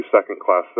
second-class